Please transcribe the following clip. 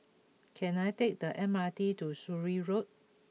can I take the M R T to Surrey Road